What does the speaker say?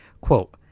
Quote